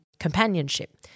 companionship